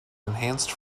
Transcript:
enhanced